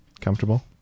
comfortable